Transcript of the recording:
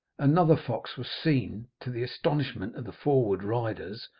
another fox was seen, to the astonishment of the forward riders,